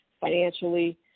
financially